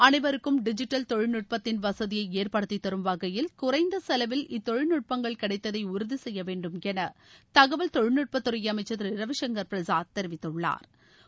அனைவருக்கும் டிஜிட்டல் தொழில்நுட்பத்தின் வசதியை ஏற்படுத்திதரும் வகையில் குறைந்த செலவில் இத்தொழில்நுட்பங்கள் கிடைத்ததை உறுதி செய்ய வேண்டுமௌ தகவல் தொழில்நுட்பத்துறை அமைச்சர் திரு ரவிசங்கர் பிரசாத் தெரிவித்துள்ளாா்